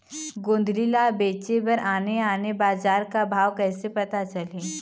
गोंदली ला बेचे बर आने आने बजार का भाव कइसे पता चलही?